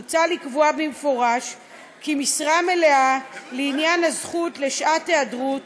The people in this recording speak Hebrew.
מוצע לקבוע במפורש כי משרה מלאה לעניין הזכות לשעת היעדרות